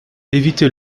éviter